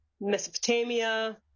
Mesopotamia